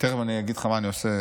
תכף אני אגיד לך מה אני עושה.